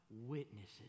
witnesses